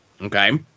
okay